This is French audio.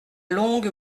longue